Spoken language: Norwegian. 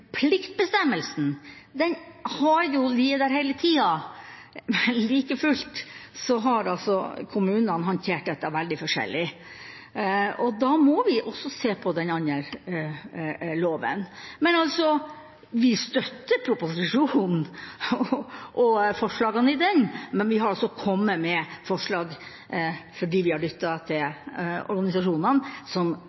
Pliktbestemmelsen har ligget der hele tiden – like fullt har kommunene håndtert dette veldig forskjellig. Da må vi også se på den andre loven. Vi støtter proposisjonen og forslagene i den, men vi har kommet med forslag fordi vi har lyttet til organisasjonene, som kan gjøre dette bedre hvis vi får flertall. Men dessverre ser det ikke ut til